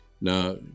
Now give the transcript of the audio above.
Now